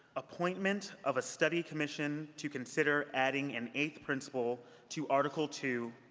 appointment of a study commission to consider adding an eighth principle to article two,